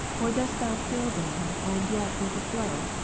or dost thou fill them and yet overflow,